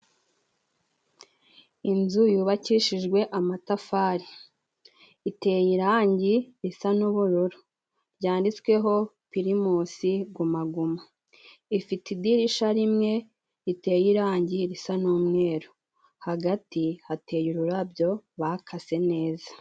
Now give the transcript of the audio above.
Inzu yubakishijwe amatafari, iteye irangi risa n'ubururu ryanditsweho Pirimusi Guma Guma, ifite idirisha rimwe riteye irangi risa n'umweru, hagati hateye ururabyo bakase neza.